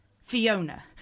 Fiona